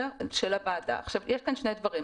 יש כאן שני דברים.